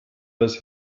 das